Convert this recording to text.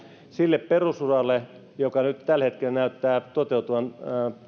sillä perusuralla joka nyt tällä hetkellä näyttää toteutuvan